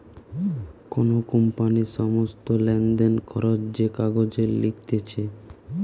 কোন কোম্পানির সমস্ত লেনদেন, খরচ যে কাগজে লিখতিছে